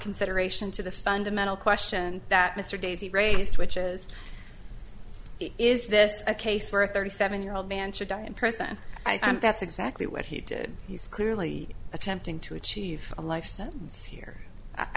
consideration to the fundamental question that mr daisy raised which is is this a case where a thirty seven year old man should die in prison i mean that's exactly what he did he's clearly attempting to achieve a life sentence here i